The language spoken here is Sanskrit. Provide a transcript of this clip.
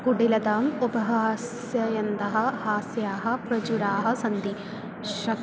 कुटिलताम् उपहास्ययन्तः हास्याः प्रचुराः सन्ति शकः